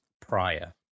prior